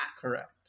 Correct